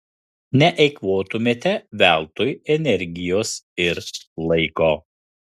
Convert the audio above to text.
neeikvotumėte veltui energijos ir laiko